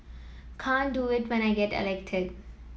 can't do it when I get elected